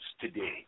today